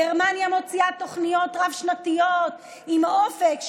גרמניה מוציאה תוכניות רב-שנתיות עם אופק,